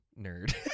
nerd